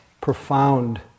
profound